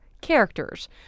characters